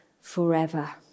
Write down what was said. forever